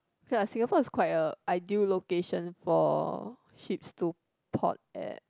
ya Singapore is quite a ideal location for ships to port at